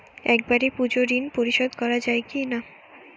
একবারে পুরো ঋণ পরিশোধ করা যায় কি না?